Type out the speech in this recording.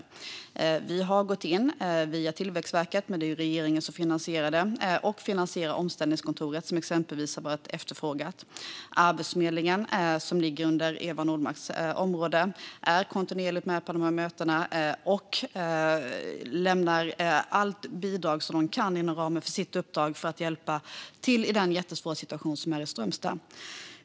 Regeringen har gått in via Tillväxtverket och finansierar omställningskontoret, som exempelvis varit efterfrågat. Arbetsförmedlingen, som ligger under Eva Nordmarks område, är kontinuerligt med på mötena och lämnar alla bidrag de kan inom ramen för sitt uppdrag för att hjälpa till i den jättesvåra situation som råder i Strömstad.